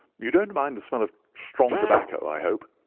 you don't mind the smell of strong tobacco, i hope?